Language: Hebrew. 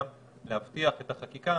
גם להבטיח את החקיקה,